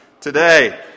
today